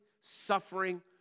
suffering